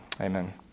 amen